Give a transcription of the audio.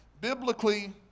Biblically